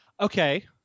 Okay